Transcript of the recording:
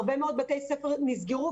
הרבה מאוד בתי ספר נסגרו,